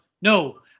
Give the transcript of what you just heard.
No